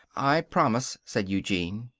i promise, said eugene.